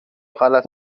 غلط